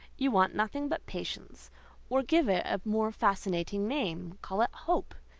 you want nothing but patience or give it a more fascinating name, call it hope.